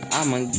I'ma